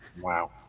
Wow